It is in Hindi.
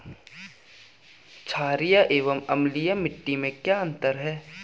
छारीय एवं अम्लीय मिट्टी में क्या अंतर है?